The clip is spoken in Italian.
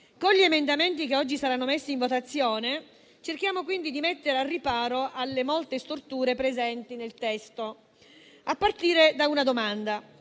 Con gli emendamenti che oggi saranno messi in votazione cerchiamo quindi di porre rimedio alle molte storture presenti nel testo, a partire da una domanda: